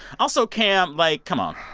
also cam, like, come on